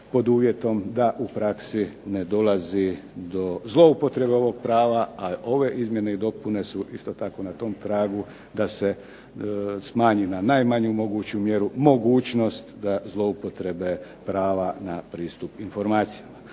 pod uvjetom da u praksi ne dolazi do zloupotrebe ovog prava a ove izmjene i dopune su isto tako na tom tragu da se smanji na najmanju moguću mjeru mogućnost da zloupotrebe prava na pristup informacijama.